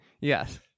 Yes